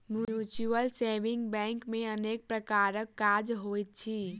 mutual saving bank मे अनेक प्रकारक काज होइत अछि